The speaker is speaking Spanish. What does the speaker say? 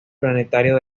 planetario